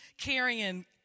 carrying